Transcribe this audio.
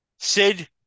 Sid